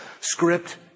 script